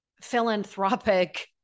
philanthropic